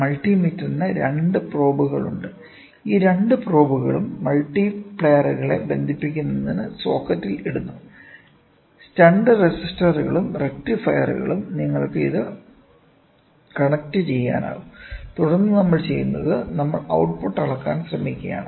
മൾട്ടിമീറ്ററിന് രണ്ട് പ്രോബുകളുണ്ട് ഈ രണ്ട് പ്രോബുകളും മൾട്ടിപ്ലയറുകളെ ബന്ധിപ്പിക്കുന്നതിന് സോക്കറ്റിൽ ഇടുന്നു സ്റ്റണ്ട് റെസിസ്റ്ററുകളും റക്റ്റിഫയറുകളും നിങ്ങൾക്ക് ഇത് കണക്റ്റുചെയ്യാനാകും തുടർന്ന് നമ്മൾ ചെയ്യുന്നത് നമ്മൾ ഔട്ട് പുട്ട് അളക്കാൻ ശ്രമിക്കുകയാണ്